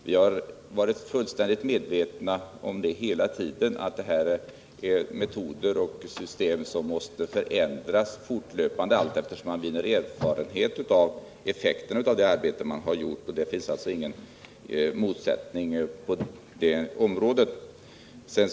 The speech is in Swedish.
Vi har hela tiden varit fullständigt medvetna om att metoder och system på detta område fortlöpande måste förändras allteftersom man vinner erfarenhet av effekterna av verksamheten. Det finns alltså ingen motsättning på den punkten.